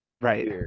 Right